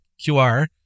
QR